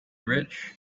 rich